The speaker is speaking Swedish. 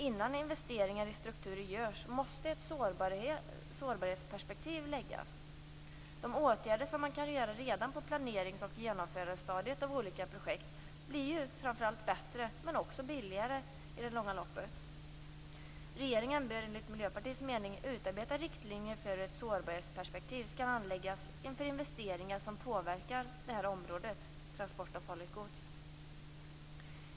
Innan investeringar i strukturer görs måste ett sårbarhetsperspektiv läggas in. De åtgärder som kan vidtas redan på planerings och genomförandestadiet i olika projekt blir framför allt bättre men också billigare i det långa loppet. Regeringen bör enligt Miljöpartiets mening utarbeta riktlinjer för hur ett sårbarhetsperspektiv skall anläggas inför investeringar som påverkar området transport av farligt gods.